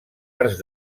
arts